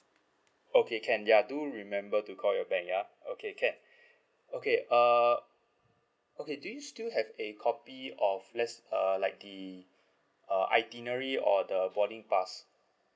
okay can ya do remember to call your bank ya okay can okay uh okay do you still have a copy of le~ uh like the uh itinerary or the boarding pass